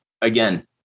again